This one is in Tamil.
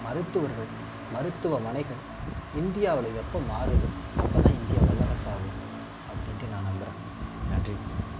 மருத்துவர்கள் மருத்துவமனைகள் இந்தியாவில் எப்போ மாறுதோ அப்போதான் இந்தியா வல்லரசாகும் அப்படின்ட்டு நான் நம்புறேன் நன்றி